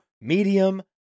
medium